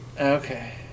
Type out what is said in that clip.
Okay